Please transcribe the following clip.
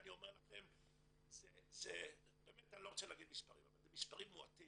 אני באמת לא רוצה להגיד מספרים אבל אלה מספרים מועטים.